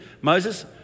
Moses